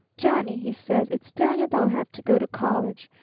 johnny, he says, it's daniel that'll have to go to college.